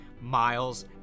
miles